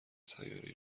سیارهای